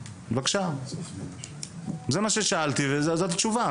בבקשה, זה מה ששאלתי וזאת התשובה.